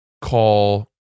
call